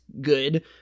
good